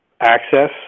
access